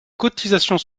cotisations